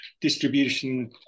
distribution